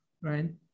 right